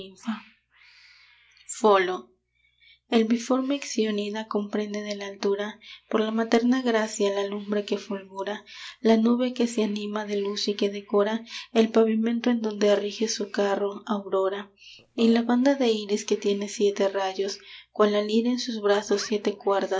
folo el biforme ixionida comprende de la altura por la materna gracia la lumbre que fulgura la nube que se anima de luz y que decora el pavimento en donde rige su carro aurora y la banda de iris que tiene siete rayos cual la lira en sus brazos siete